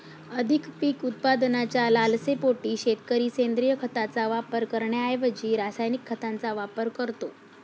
अधिक पीक उत्पादनाच्या लालसेपोटी शेतकरी सेंद्रिय खताचा वापर करण्याऐवजी रासायनिक खतांचा वापर करतो